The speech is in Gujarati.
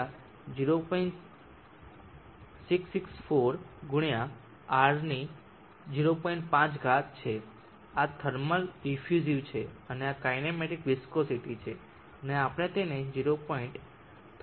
5 છે આ થર્મલ ડીફ્યુસિવ છે અને આ કાઇનેમેટિક વિસ્કોસિટી છે અને આપણે તેને 0